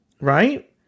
right